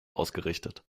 ausgerichtet